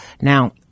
Now